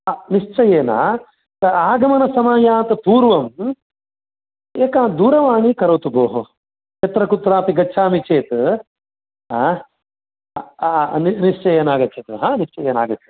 निश्चयेन आगमनसमयात् पूर्वं एका दूरवाणीं करोतु भोः यत्र कुत्रापि गच्छामि चेत् हा निश्चयेन आगच्छतु हा निश्चयेन आगच्छतु